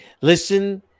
Listen